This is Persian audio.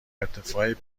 ارتفاع